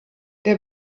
der